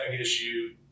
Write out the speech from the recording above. issue